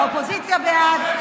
האופוזיציה בעד,